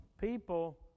people